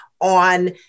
on